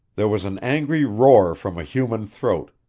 there was an angry roar from a human throat,